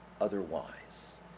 Otherwise